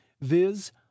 viz